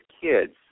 kids